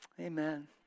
Amen